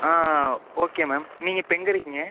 okay ma'am நீங்கள் இப்போ எங்கே இருக்கீங்க